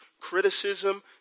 criticism